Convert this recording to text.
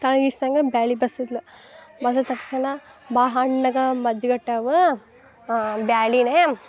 ತಳಗಿಸ್ದಂಗ ಬ್ಯಾಳೆ ಬಸಿದ್ಲ ಬಸಿದ ತಕ್ಷಣ ಬಾ ಹಣ್ಣಗ ಮಜ್ಜಿಗಟ್ಟಾವ ಬ್ಯಾಳಿನೆ